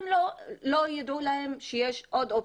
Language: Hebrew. לא הודיעו להם שיש להם עוד אופציה.